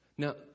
Now